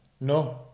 No